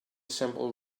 simple